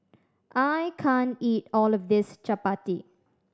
I can't eat all of this chappati